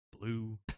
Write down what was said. blue